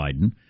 Biden